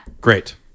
great